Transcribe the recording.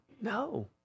No